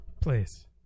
please